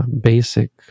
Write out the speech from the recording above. basic